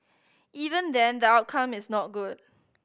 even then the outcome is not good